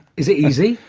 is it easy?